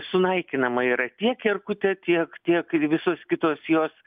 sunaikinama yra tiek erkutė tiek tiek ir visos kitos jos